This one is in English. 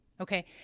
okay